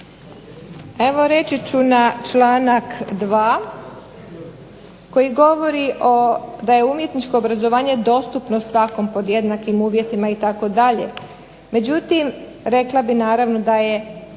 Evo reći ću na članak 2. koji govori da je umjetničko obrazovanje dostupno svakom pod jednakim uvjetima itd. Međutim, rekla bih naravno da je